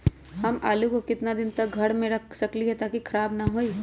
हम आलु को कितना दिन तक घर मे रख सकली ह ताकि खराब न होई?